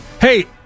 hey